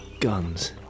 guns